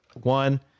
one